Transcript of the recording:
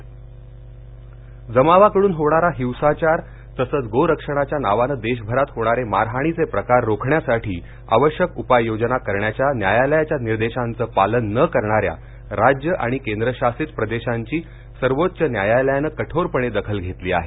गंभीर दखल जमावाकडुन होणारा हिंसाचार तसंच गोरक्षणाच्या नावानं देशभरात होणारे मारहाणीचे प्रकार रोखण्यासाठी आवश्यक उपाययोजना करण्याच्या न्यायालयाच्या निर्देशांचं पालन न करणा या राज्यं आणि केंद्रशासित प्रदेशांची सर्वोच्च न्यायालयानं कठोरपणे दखल घेतली आहे